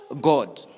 God